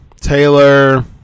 Taylor